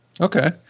Okay